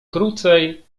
krócej